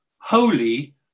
Holy